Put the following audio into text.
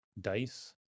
dice